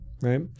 right